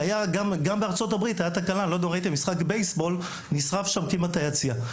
בארצות הברית היתה תקלה במשחק בייסבול וכמעט נשרף שם היציע.